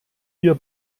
hier